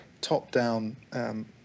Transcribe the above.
top-down